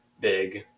big